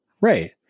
Right